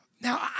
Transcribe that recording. Now